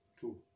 two